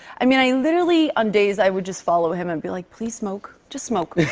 i mean i mean, literally, on days i would just follow him and be like, please smoke, just smoke.